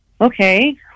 Okay